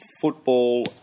football